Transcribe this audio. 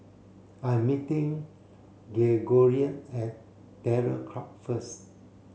I'm meeting Gregorio at Terror Club first